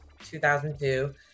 2002